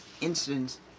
incidents